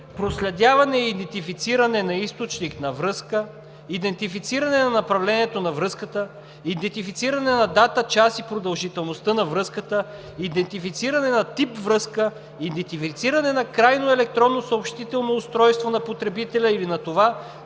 проследяване и идентифициране на източник, на връзка; идентифициране на направлението на връзката; идентифициране на дата, час и продължителност на връзката; идентифициране на тип връзка; идентифициране на крайно електронно съобщително устройство на потребителя или на това,